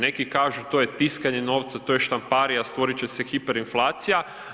Neki kažu to je tiskanje novca, to je štamparija stvorit će se hiperinflacija.